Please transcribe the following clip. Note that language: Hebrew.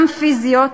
גם פיזיות,